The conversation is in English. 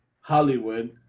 Hollywood